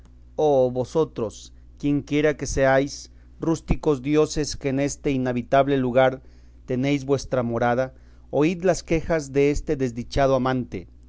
oh vosotros quienquiera que seáis rústicos dioses que en este inhabitable lugar tenéis vuestra morada oíd las quejas deste desdichado amante